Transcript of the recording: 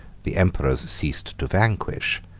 the emperors ceased to vanquish,